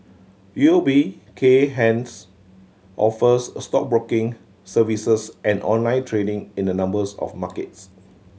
U O B Kay Hans offers stockbroking services and online trading in a numbers of markets